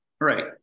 right